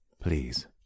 please